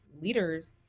leaders